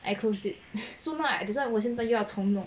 I closed it so now that's why I 现在要从弄